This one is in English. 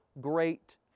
great